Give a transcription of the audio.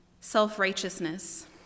self-righteousness